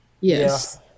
Yes